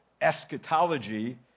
eschatology